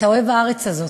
אתה אוהב הארץ הזאת.